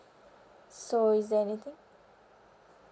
so is there anything